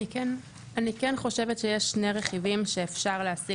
אני כן חושבת שיש שני רכיבים שאפשר להשיג